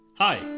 Hi